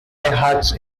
hearts